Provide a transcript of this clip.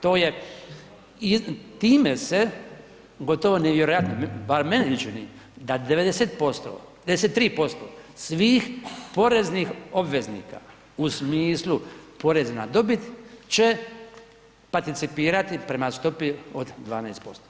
To je, time se gotovo nevjerojatno, barem meni ... da 90%, 93% svih poreznih obveznika u smislu poreza na dobit će participirati prema stopi od 12%